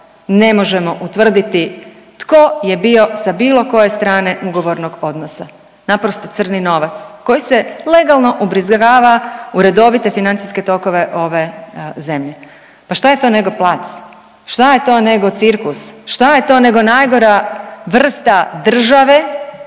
ne možemo utvrditi tko je bio sa bilo koje strane ugovornog odnosa, naprosto crni novac koji se legalno ubrizgava u redovite financijske tokove ove zemlje. Pa šta je to nego plac, šta je to nego cirkus, šta je to nego najgora vrsta države,